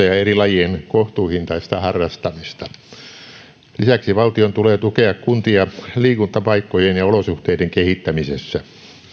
ja eri lajien kohtuuhintaista harrastamista lisäksi valtion tulee tukea kuntia liikuntapaikkojen ja olosuhteiden kehittämisessä